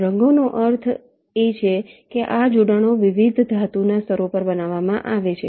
રંગોનો અર્થ છે કે આ જોડાણો વિવિધ ધાતુના સ્તરો પર નાખવામાં આવે છે